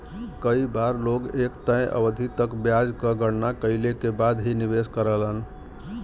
कई बार लोग एक तय अवधि तक ब्याज क गणना कइले के बाद ही निवेश करलन